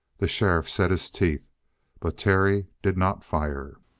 the sheriff set his teeth but terry did not fire!